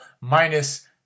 minus